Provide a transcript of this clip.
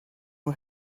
who